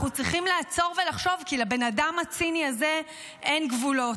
אנחנו צריכים לעצור ולחשוב כי לבן אדם הציני הזה אין גבולות.